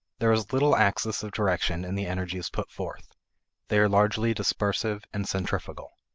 there is little axis of direction in the energies put forth they are largely dispersive and centrifugal.